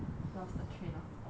lost the train on thoughts